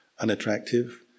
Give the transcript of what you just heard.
unattractive